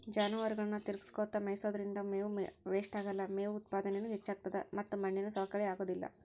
ಜಾನುವಾರುಗಳನ್ನ ತಿರಗಸ್ಕೊತ ಮೇಯಿಸೋದ್ರಿಂದ ಮೇವು ವೇಷ್ಟಾಗಲ್ಲ, ಮೇವು ಉತ್ಪಾದನೇನು ಹೆಚ್ಚಾಗ್ತತದ ಮತ್ತ ಮಣ್ಣಿನ ಸವಕಳಿ ಆಗೋದಿಲ್ಲ